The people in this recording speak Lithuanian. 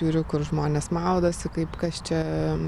žiūriu kur žmonės maudosi kaip kas čia